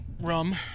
Rum